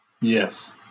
Yes